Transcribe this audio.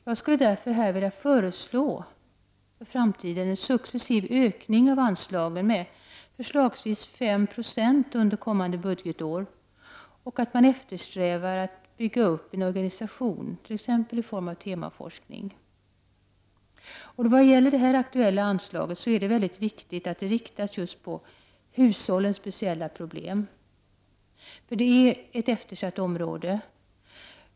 Jag vill därför föreslå en successiv ökning av anslagen med exempelvis 5 20 under kommande budgetår och att man strävar efter att bygga upp en organisation, t.ex. i form av temaforskning. Vad gäller det aktuella anslaget är det viktigt att det inriktas just på hushållens speciella problem, för det är ett eftersatt område.